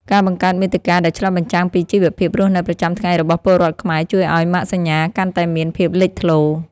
ការបង្កើតមាតិកាដែលឆ្លុះបញ្ចាំងពីជីវភាពរស់នៅប្រចាំថ្ងៃរបស់ពលរដ្ឋខ្មែរជួយឱ្យម៉ាកសញ្ញាកាន់តែមានភាពលេចធ្លោ។